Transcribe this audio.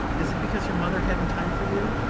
is it because your mother hadn't time for you?